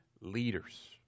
leaders